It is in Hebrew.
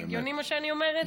זה הגיוני מה שאני אומרת?